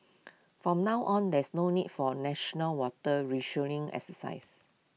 for now on there is no need for national water rationing exercises